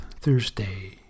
Thursday